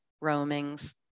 roamings